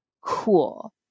cool